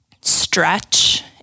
stretch